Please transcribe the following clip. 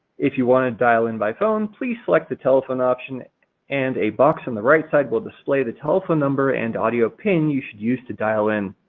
if you want to dial in by phone, please select the telephone option and a box on the right side will display the telephone number and audio pin you should use to dial in.